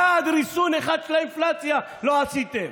אפילו צעד ריסון אחד של האינפלציה לא עשיתם.